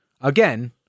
Again